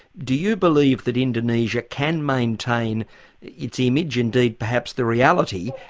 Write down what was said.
do you believe that indonesia can maintain its image, indeed perhaps the reality,